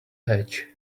hedge